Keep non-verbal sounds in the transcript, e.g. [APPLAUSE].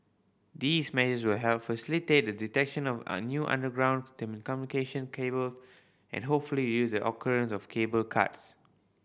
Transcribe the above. these measures will help facilitate the detection of [UNINTELLIGIBLE] new underground telecommunication cable and hopefully reduce the occurrence of cable cuts